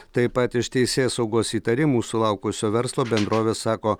taip pat iš teisėsaugos įtarimų sulaukusio verslo bendrovė sako